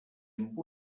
amb